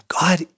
God